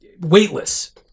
weightless